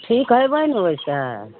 ठीक हइबय ने ओइसँ